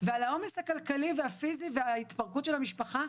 ועל העומס הכלכלי והפיסי וההתפרקות של המשפחה,